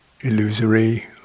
illusory